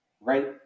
right